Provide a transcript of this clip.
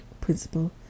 principle